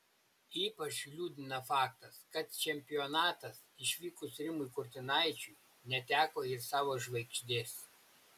ypač liūdina faktas kad čempionatas išvykus rimui kurtinaičiui neteko ir savo žvaigždės